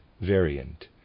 variant